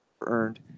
earned